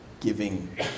Giving